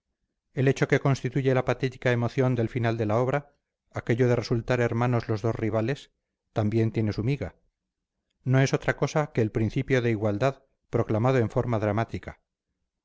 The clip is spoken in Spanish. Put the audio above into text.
el hecho que constituye la patética emoción del final de la obra aquello de resultar hermanos los dos rivales también tiene su miga no es otra cosa que el principio de igualdad proclamado en forma dramática